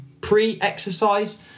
pre-exercise